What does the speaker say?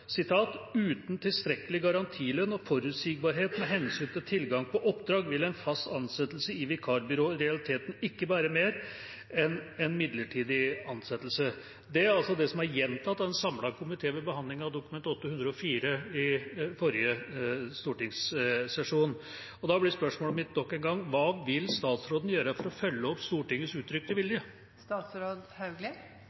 tilstrekkelig garantilønn og forutsigbarhet med hensyn til tilgang på oppdrag, vil en «fast ansettelse» i vikarbyrået i realiteten ikke være mer enn midlertidig ansettelse.» Det er altså det som er gjentatt av en samlet komité ved behandlingen av Dokument 8:104 S for 2014–2015. Da blir spørsmålet mitt nok en gang: Hva vil statsråden gjøre for å følge opp Stortingets uttrykte